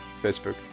Facebook